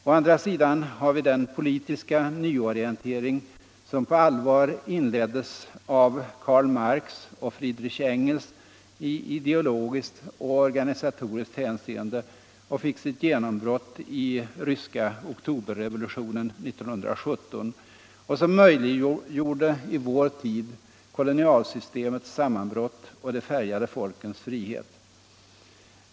Å andra sidan har vi den politiska nyorientering som på allvar inleddes av Karl Marx och Friedrich Engels i ideologiskt och organisatoriskt hänseende och som fick sitt genombrott i den ryska oktoberrevolutionen 1917, vilket möjliggjorde i vår tid kolonialsystemets sammanbrott och de färgade folkens frihet.